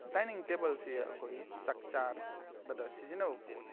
dining ꯇꯦꯕꯜꯁꯤ ꯑꯩꯈꯣꯏꯒꯤ ꯆꯥꯛ ꯆꯥꯅꯕꯗ ꯁꯤꯖꯤꯟꯅꯕ ꯄꯣꯠꯅꯤ